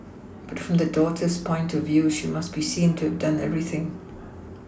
but from the daughter's point of view she must be seen to have done everything